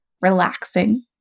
relaxing